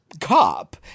cop